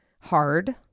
hard